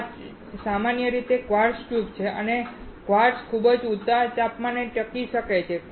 આ સામાન્ય રીતે ક્વાર્ટઝ ટ્યુબ છે અને ક્વાર્ટઝ ખૂબ ઊંચા તાપમાને ટકી શકે છે